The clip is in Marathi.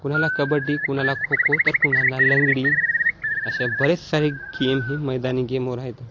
कुणाला कबड्डी कुणाला खो खो तर कुणाला लंगडी अशा बरेच सारे गेम हे मैदानी गेमवर आहेत